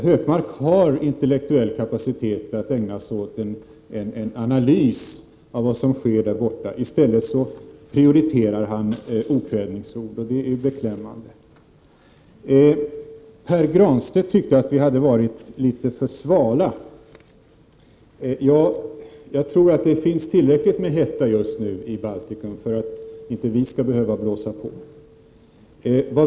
Han har dock intellektuell kapacitet att kunna göra en analys av vad som sker i Baltikum. Det är beklämmande att Gunnar Hökmark i stället prioriterar okvädingsord. Pär Granstedt tyckte att vi har varit litet för svala. Jag tror att det finns tillräckligt med hetta i Baltikum just nu för att inte vi skall behöva ”blåsa på”.